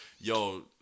Yo